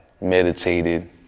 meditated